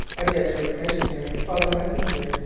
a jesuit missionary, father messager,